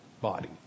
body